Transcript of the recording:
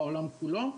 אלא בעולם כולו.